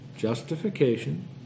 justification